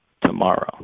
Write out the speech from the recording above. tomorrow